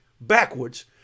backwards